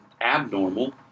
abnormal